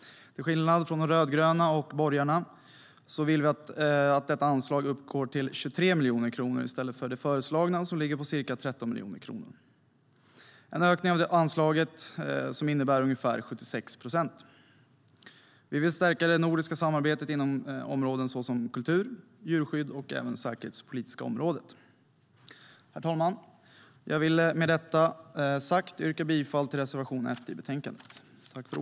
Till skillnad från de rödgröna och borgarna vill vi att detta anslag ska uppgå till 23 miljoner kronor i stället för det föreslagna som ligger på ca 13 miljoner kronor. Det är en ökning av anslaget med ungefär 76 procent. Vi vill stärka det nordiska samarbetet inom sådana områden som kultur, djurskydd och det säkerhetspolitiska området.